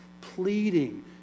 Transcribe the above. pleading